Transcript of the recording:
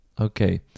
Okay